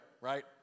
right